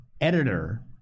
editor